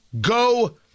Go